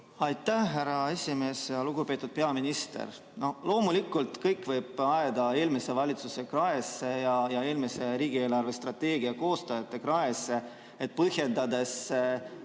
Aitäh, härra esimees! Lugupeetud peaminister! Loomulikult võib kõik ajada eelmise valitsuse kraesse ja eelmise riigi eelarvestrateegia koostajate kraesse, et põhjendada